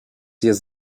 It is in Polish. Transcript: jest